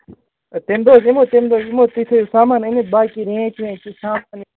ہے تَمہِ دۄہ حظ یِمو تَمہِ دۄہ یِمو تُہۍ تھٲوِو سامان أنِتھ باقٕے رینٛچ وینٛچ سُہ سامان